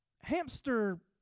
hamster